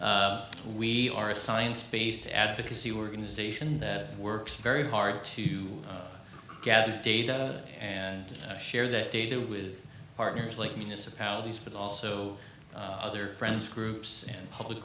we are a science based advocacy organization that works very hard to gather data and share that data with partners like municipalities but also other friends groups and public